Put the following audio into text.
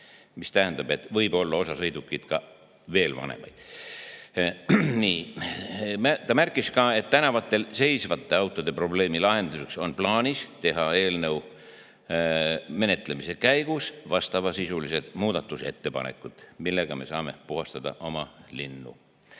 See tähendab, et osa sõidukeid võivad olla veel vanemad. Ta märkis ka, et tänavatel seisvate autode probleemi lahendamiseks on plaanis teha eelnõu menetlemise käigus vastavasisulised muudatusettepanekud, millega me saame puhastada oma linnu.